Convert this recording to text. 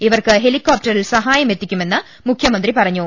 ഇവർക്ക് ഹെലി കോപ്ടറിൽ സഹായം എത്തിക്കുമെന്ന് മുഖ്യമന്ത്രി പറഞ്ഞു